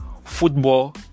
football